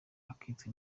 akitwa